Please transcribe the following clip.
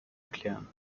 erklären